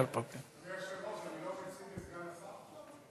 אדוני היושב-ראש, אני לא מציג את סגן השר עכשיו?